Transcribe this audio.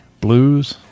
blues